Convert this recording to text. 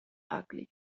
ugly